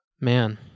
man